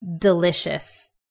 Delicious